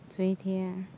Zoey-Tay ah